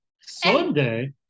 sunday